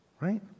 Right